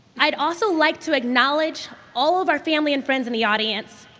i'd also like to acknowledge all of our family and friends in the audience.